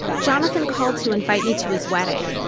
jonathan called to invite me to his wedding.